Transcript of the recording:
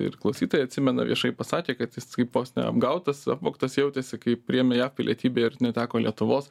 ir klausytojai atsimena viešai pasakė kad jis kaip vos ne apgautas apvogtas jautėsi kai priėmė jav pilietybę ir neteko lietuvos